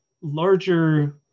larger